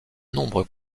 nombres